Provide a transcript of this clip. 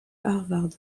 harvard